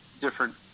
different